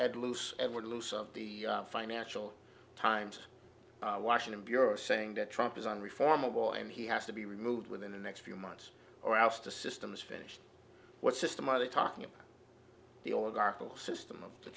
had loose and were loose of the financial times washington bureau saying that trump is on reformable and he has to be removed within the next few months or else the system is finished what system are they talking about the